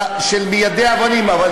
מיידי אבנים, מה לעשות.